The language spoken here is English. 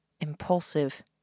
Impulsive